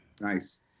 Nice